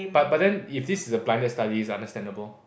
but but then if this is a blinded study it is understandable